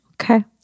Okay